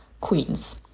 queens